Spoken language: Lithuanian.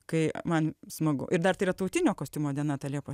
kai man smagu ir dar tai yra tautinio kostiumo diena ta liepos